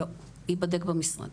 לא, ייבדק במשרד.